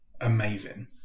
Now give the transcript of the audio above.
amazing